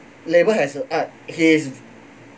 labeled as a art his